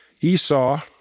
Esau